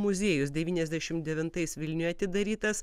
muziejus devyniasdešim devintais vilniuje atidarytas